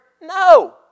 No